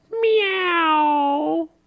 meow